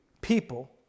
people